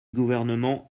gouvernement